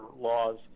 laws